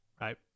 Right